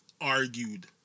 argued